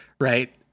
right